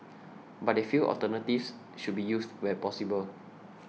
but they feel alternatives should be used where possible